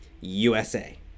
USA